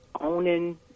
owning